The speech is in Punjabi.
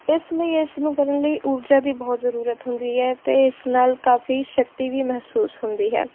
ਇਸ ਲਈ ਇਸ ਨੂੰ ਕਰਨ ਲਈ ਊਰਜਾ ਦੀ ਬਹੁਤ ਜ਼ਰੂਰਤ ਹੁੰਦੀ ਹੈ ਅਤੇ ਇਸ ਨਾਲ ਕਾਫ਼ੀ ਸ਼ਕਤੀ ਵੀ ਮਹਿਸੂਸ ਹੁੰਦੀ ਹੈ